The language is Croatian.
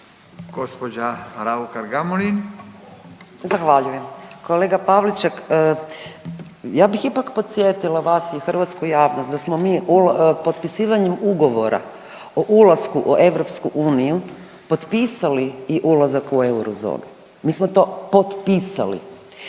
Urša (Možemo!)** Zahvaljujem. Kolega Pavliček ja bih ipak podsjetila vas i hrvatsku javnost da smo mi potpisivanjem ugovora o ulasku u EU potpisali i ulazak u eurozonu. Mi smo to potpisali.